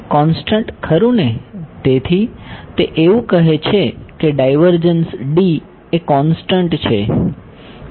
constant ખરું ને તેથી તે એવું કહે છે કે ડાઈવર્જન્સ D એ કોંસ્ટંટ છે